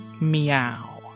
meow